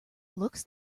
looks